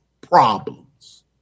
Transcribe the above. problems